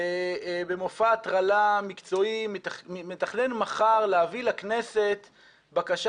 שבמופע הטרלה מקצועי מתכנן להביא לכנסת מחר בקשה